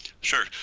sure